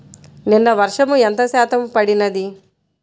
నిన్న వర్షము ఎంత శాతము పడినది?